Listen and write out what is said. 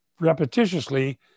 repetitiously